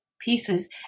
pieces